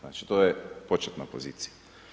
Znači to je početna pozicija.